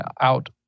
out